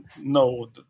no